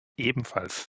ebenfalls